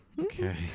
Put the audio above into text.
Okay